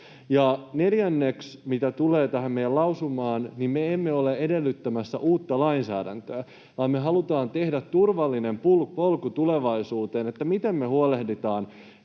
neljänneksi, mitä tulee tähän meidän lausumaan, niin me emme ole edellyttämässä uutta lainsäädäntöä, vaan me halutaan tehdä turvallinen polku tulevaisuuteen siihen, miten me huolehditaan